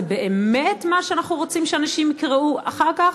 באמת מה שאנחנו רוצים שאנשים יקראו אחר כך,